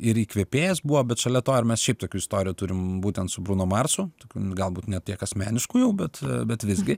ir įkvėpėjas buvo bet šalia to ir mes šiaip tokių istorijų turime būtent su bruno marsu galbūt ne tiek asmeniškų jau bet bet visgi